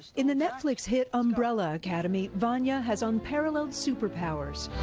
in the netflix hit umbrella academy vania has unparalleled superpowers.